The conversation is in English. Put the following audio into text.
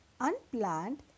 unplanned